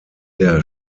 der